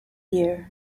year